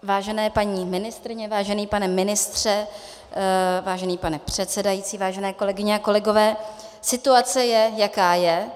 Vážené paní ministryně, vážený pane ministře, vážený pane předsedající, vážené kolegyně a kolegové, situace je, jaká je.